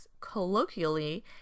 colloquially